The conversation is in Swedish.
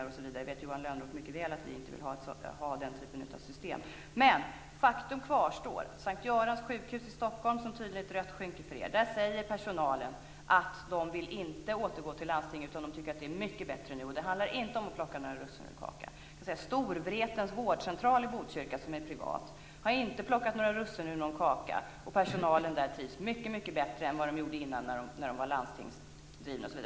Johan Lönnroth vet mycket väl att vi inte vill ha system med privata försäkringar osv. Men faktum kvarstår. På S:t Görans sjukhus i Stockholm, som tydligen är ett rött skynke för er, säger personalen att de inte vill återgå till landstinget. De tycker att det är mycket bättre nu. Det handlar inte om att plocka russinen ur kakan. Storvretens vårdcentral i Botkyrka som är privat har inte plockat russinen ur kakan. Personalen där trivs mycket bättre än vad de gjorde när de var landstingsanställda.